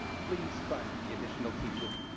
please find the additional teacher.